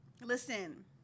Listen